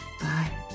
bye